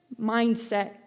mindset